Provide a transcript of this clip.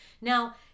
Now